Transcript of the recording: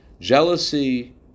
Jealousy